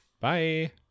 Bye